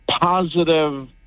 positive